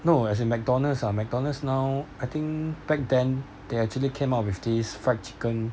no as in McDonald's ah McDonald's now I think back then they actually came up with this fried chicken